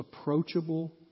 approachable